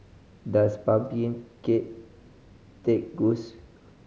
does pumpkin cake taste good